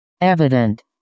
evident